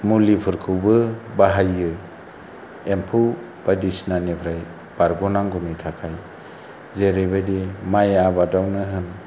मुलिफोरखौबो बाहायो एम्फौ बायदिसिनानिफ्राय बारग'नांगौनि थाखाय जेरैबादि माइ आबादावनो होन